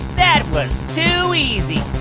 that was too easy